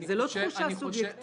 זו לא תחושה סובייקטיבית.